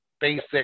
basic